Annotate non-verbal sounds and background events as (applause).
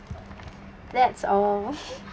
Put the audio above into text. that's all (laughs)